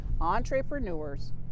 entrepreneurs